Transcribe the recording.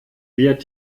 wird